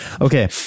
Okay